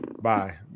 Bye